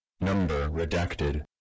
number-redacted